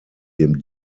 dem